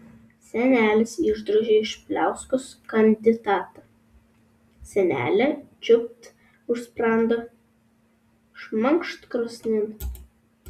senelis išdrožė iš pliauskos kandidatą senelė čiūpt už sprando šmakšt krosnin